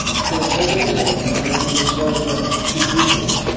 sort of how big is it and compared to the size of a two p piece?